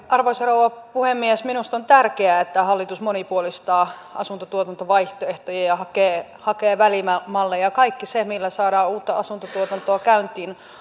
arvoisa rouva puhemies minusta on tärkeää että hallitus monipuolistaa asuntotuotantovaihtoehtoja ja ja hakee hakee välimalleja kaikki se millä saadaan uutta asuntotuotantoa käyntiin